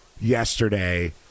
yesterday